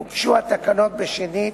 הוגשו התקנות בשנית